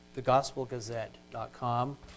thegospelgazette.com